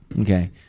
Okay